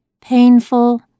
painful